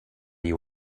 you